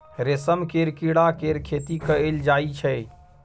रेशम केर कीड़ा केर खेती कएल जाई छै